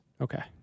Okay